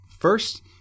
First